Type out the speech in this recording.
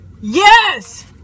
yes